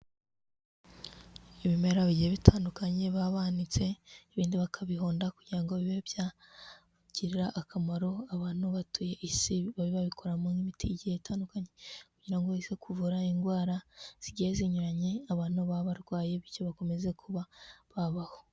Ibimera bigiye bitandukanye baba banitse, ibindi bakabihonda kugira ngo bibe byagirira akamaro abantu batuye Isi, babe babikoramo nk'imiti igihe itandukanye, kugira ngo ize kuvura indwara zigiye zinyuranye abantu baba barwaye bityo bakomeze kuba babaho.